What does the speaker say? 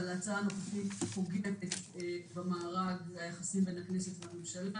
אבל ההצעה הנוכחית פוגמת במארג היחסים בין הכנסת ובין הממשלה.